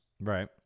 Right